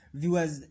viewers